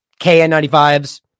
KN95s